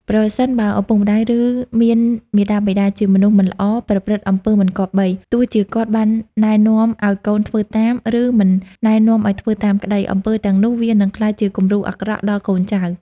ប្រសិនបើឱពុកម្ដាយ ឬមានមាតាបិតា ជាមនុស្សមិនល្អប្រព្រឹត្តអំពើមិនគប្បី ទោះជាគាត់បាននែនាំអោយកូនធ្វើតាម ឬមិននែនាំអោយធ្វើតាមក្តី អំពើទាំងនោះវានិងក្លាយជាគំរូអាក្រក់ដល់កូនចៅ។